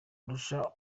arusha